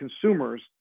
consumers